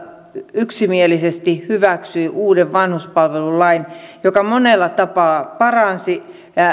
yksimielisesti hyväksyi uuden vanhuspalvelulain joka monella tapaa paransi